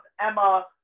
Emma